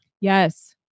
Yes